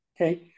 okay